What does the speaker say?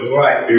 right